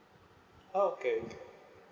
oh okay okay